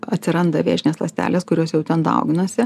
atsiranda vėžinės ląstelės kurios jau ten dauginasi